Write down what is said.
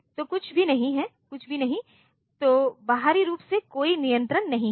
तो कुछ भी नहीं तो बाहरी रूप से कोई नियंत्रण नहीं था